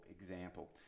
example